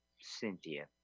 Cynthia